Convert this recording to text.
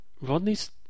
Rodney's